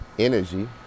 energy